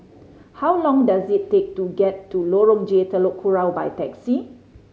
how long does it take to get to Lorong J Telok Kurau by taxi